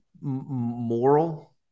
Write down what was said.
moral